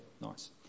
nice